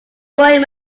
going